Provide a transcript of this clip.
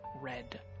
red